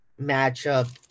matchup